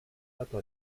dato